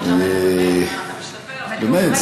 באמת,